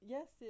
Yes